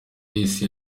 isi